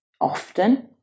often